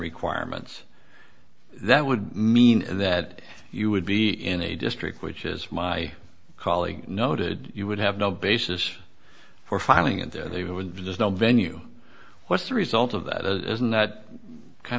requirements that would mean that you would be in a district which is my colleague noted you would have no basis for filing into the woods is the venue what's the result of that isn't that kind